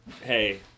hey